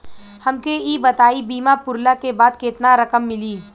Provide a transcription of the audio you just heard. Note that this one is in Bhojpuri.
हमके ई बताईं बीमा पुरला के बाद केतना रकम मिली?